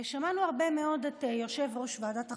ושמענו הרבה מאוד את יושב-ראש ועדת החוקה,